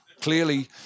Clearly